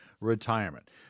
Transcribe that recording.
retirement